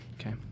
Okay